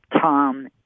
Tom